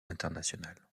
internationale